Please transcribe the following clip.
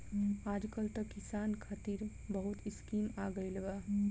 आजकल त किसान खतिर बहुत स्कीम आ गइल बा